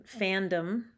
fandom